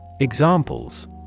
Examples